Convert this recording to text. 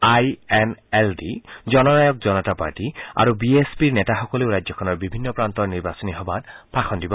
আই N L D Jannayak Janta party আৰু বি এছ পিৰ নেতাসকলেও ৰাজ্যখনৰ বিভিন্ন প্ৰান্তৰ নিৰ্বাচনী সভাত ভাষণ দিব